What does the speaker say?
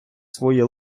своє